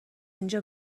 اینجا